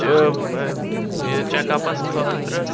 چ چیٚک اَپَس خٲطرٕ